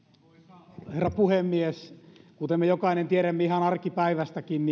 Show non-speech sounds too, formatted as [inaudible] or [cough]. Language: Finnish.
arvoisa herra puhemies kuten me jokainen tiedämme ihan arkipäivästäkin [unintelligible]